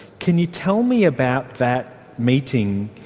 can you tell me about that meeting?